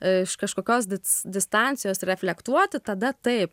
iš kažkokios dis distancijos reflektuoti tada taip